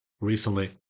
recently